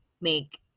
make